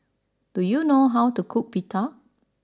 do you know how to cook Pita